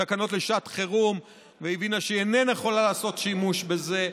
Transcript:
תקנות לשעת חירום והבינה שאיננה יכולה לעשות שימוש בזה,